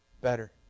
better